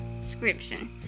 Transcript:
description